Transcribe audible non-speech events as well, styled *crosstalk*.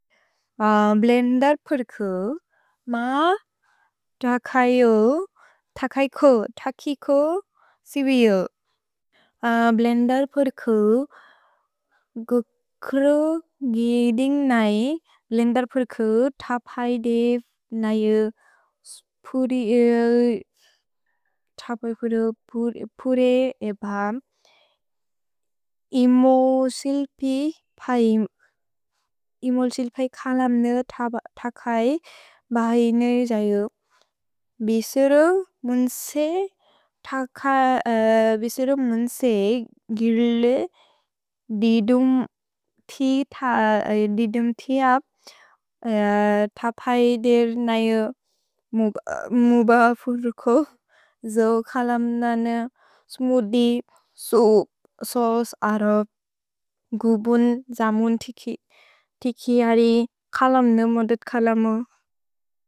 भ्लेन्दर् पुर्खु म तकै *hesitation* को सिवियो। भ्लेन्दर् पुर्खु गुक्रु गिदिन् नै, ब्लेन्दर् पुर्खु तपै दे नै *hesitation* पुरि एबम्। इमो सिल्पि फै, इमो सिल्पि खलम्ने तकै बहैनेर् जयु। भिसेरो मुन्से तक, बिसेरो मुन्से गिर्ले दिदुम् तिअप् *hesitation* तपै दे नै मुब पुर्खु। द्जौ खलम्ने स्मुदि, सूस् अरोप्, गुबुन्, जमुन् *hesitation* तिकिअरि, खलम्ने मोदत् खलमु।